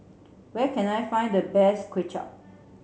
where can I find the best Kway Chap